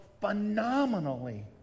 phenomenally